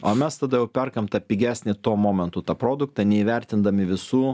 o mes tada jau perkam tą pigesnį tuo momentu tą produktą neįvertindami visų